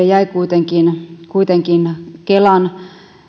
jäi kuitenkin kuitenkin kelan